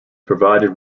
provided